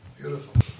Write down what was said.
Beautiful